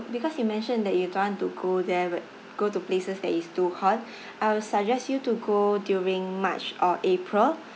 because you mentioned that you don't want to go there but go to places that is too hot I would suggest you to go during march or april